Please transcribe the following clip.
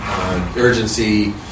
urgency